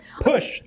Push